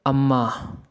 ꯑꯃ